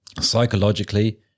psychologically